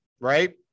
right